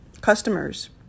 customers